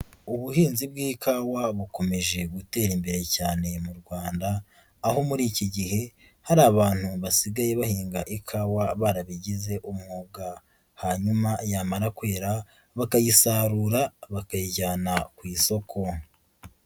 Ubuhinzi bw'ikawa bukomeje gutera imbere cyane mu Rwanda, aho muri iki gihe hari abantu basigaye bahinga ikawa barabigize umwuga, hanyuma yamara kwera bakayisarura bakayijyana ku isoko.